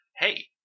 hey